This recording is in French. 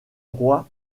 roi